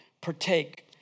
partake